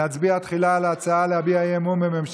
נצביע תחילה על ההצעה של סיעת יש עתיד להביע אי-אמון בממשלה,